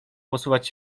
posuwać